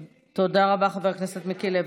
תודה רבה, חבר הכנסת מיקי לוי.